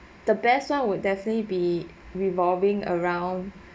the best one would definitely be revolving around